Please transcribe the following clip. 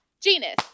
Genus